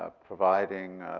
ah providing